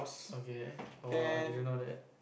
okay oh I didn't know that